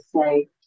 say